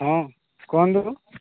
ହଁ କୁହନ୍ତୁ